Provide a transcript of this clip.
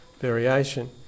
variation